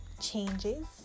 changes